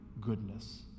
goodness